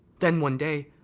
then one day,